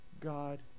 God